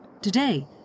Today